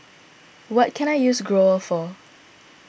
what can I use Growell for